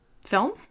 film